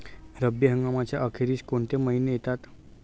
रब्बी हंगामाच्या अखेरीस कोणते महिने येतात?